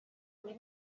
biri